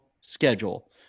schedule